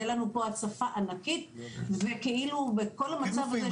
תהיה פה הצפה ענקית וכאילו כל המצב הזה